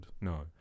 No